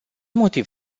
motiv